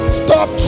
stop